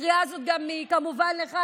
הקריאה הזאת היא כמובן גם לך,